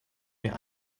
mir